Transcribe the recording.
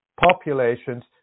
populations